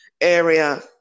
area